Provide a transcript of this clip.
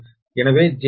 எனவே இது j0